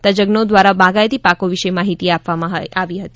તજજ્ઞો દ્રા ોરા બાગાયતી પાકો વિશે માહિતી આપવામાં આવી હતી